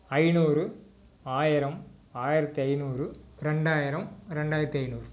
ஐந்நூறு ஆயிரம் ஆயிரத்தி ஐந்நூறு ரெண்டாயிரம் ரெண்டாயிரத்தி ஐந்நூறு